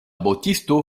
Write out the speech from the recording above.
botisto